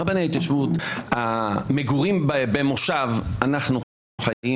אנחנו חיים